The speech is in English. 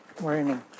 Morning